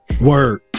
Word